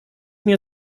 mir